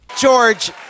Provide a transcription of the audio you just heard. George